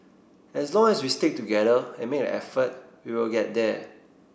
as long as we stick together and make an effort we will get there